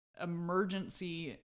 emergency